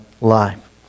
life